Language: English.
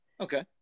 Okay